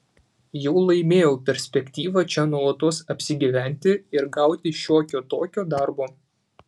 jau laimėjau perspektyvą čia nuolatos apsigyventi ir gauti šiokio tokio darbo